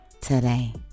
today